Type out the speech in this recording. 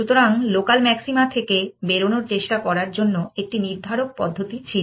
সুতরাং local maxima থেকে বেরোনোর চেষ্টা করার জন্য একটি নির্ধারক পদ্ধতি ছিল